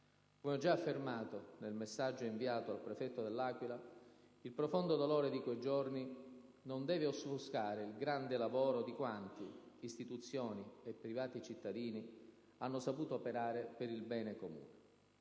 Come ho già affermato nel messaggio inviato al prefetto dell'Aquila, il profondo dolore di quei giorni non deve offuscare il grande lavoro di quanti - istituzioni e privati cittadini - hanno saputo operare per il bene comune.